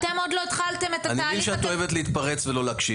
אתם עוד לא התחלתם את התהליך הזה.